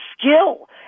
skill